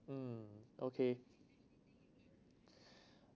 mm okay